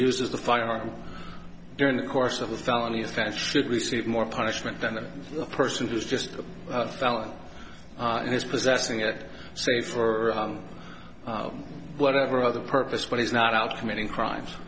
uses the firearm during the course of a felony offense should receive more punishment than the person who's just a felon in his possessing it say for whatever other purpose but he's not out committing crimes